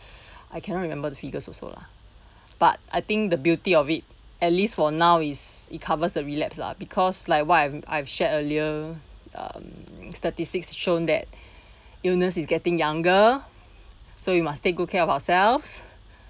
I cannot remember the figures also lah but I think the beauty of it at least for now is it covers the relapse lah because like what I've I've shared earlier um statistics shown that illness is getting younger so you must take good care of ourselves